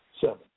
Seven